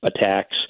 attacks